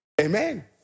Amen